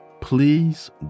please